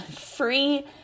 free